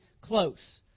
close